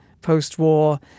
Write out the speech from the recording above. post-war